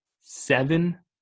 seven